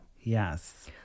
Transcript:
Yes